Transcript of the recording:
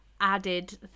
added